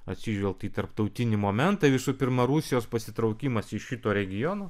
atsižvelgta į tarptautinį momentą visu pirma rusijos pasitraukimas iš šito regiono